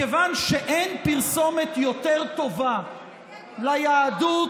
מכיוון שאין פרסומת יותר טובה ליהדות